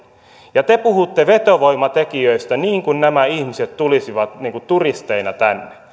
te puhutte vetovoimatekijöistä niin kuin nämä ihmiset tulisivat turisteina tänne